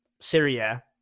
Syria